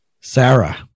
Sarah